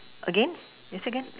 again you say again